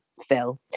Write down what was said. Phil